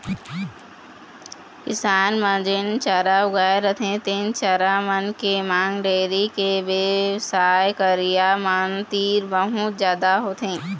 किसान मन जेन चारा उगाए रहिथे तेन चारा मन के मांग डेयरी के बेवसाय करइया मन तीर बहुत जादा होथे